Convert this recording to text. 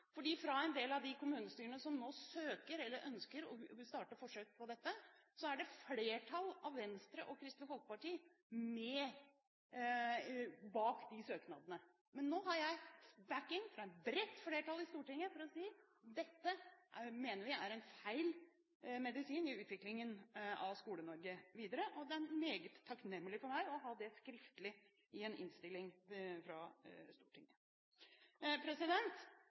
fra en del av de kommunestyrene som nå søker om – eller ønsker – å starte forsøk, står det et flertall av Venstre og Kristelig Folkeparti bak de søknadene. Men nå har jeg bakking fra et bredt flertall i Stortinget for å si at dette mener vi er feil medisin i utviklingen av Skole-Norge videre. Det er meget takknemlig for meg å ha det skriftlig i en innstilling fra Stortinget.